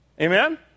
Amen